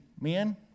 men